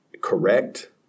correct